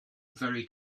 very